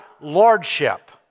lordship